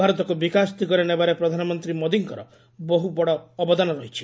ଭାରତକୁ ବିକାଶ ଦିଗରେ ନେବାରେ ପ୍ରଧାନମନ୍ତୀ ମୋଦିଙ୍କର ବହୁତ ବଡ ଅବଦାନ ରହିଛି